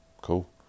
Cool